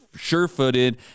sure-footed